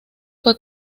fue